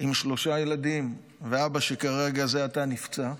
עם שלושה ילדים ואבא שזה עתה נפצע,